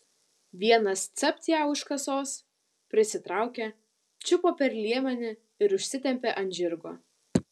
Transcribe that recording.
vienas capt ją už kasos prisitraukė čiupo per liemenį ir užsitempė ant žirgo